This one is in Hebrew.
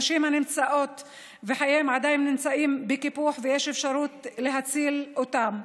נשים הנמצאות בסכנה לקיפוח חייהן ושיש אפשרות להציל אותן.